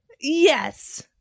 Yes